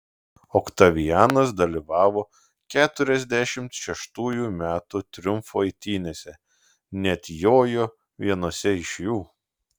oktavianas dalyvavo keturiasdešimt šeštųjų metų triumfo eitynėse net jojo vienose iš jų